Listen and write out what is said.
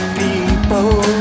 people